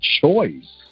choice